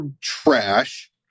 trash